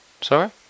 Sorry